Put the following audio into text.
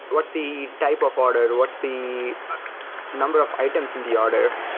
what's the type of order? and what's the number of items in the order?